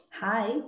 Hi